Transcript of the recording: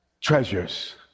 treasures